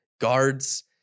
guards